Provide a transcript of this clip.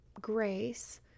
grace